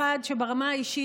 ברמה האישית,